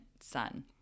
son